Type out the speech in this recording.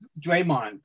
Draymond